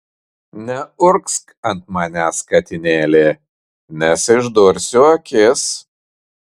neurgzk ant manęs katinėli nes išdursiu akis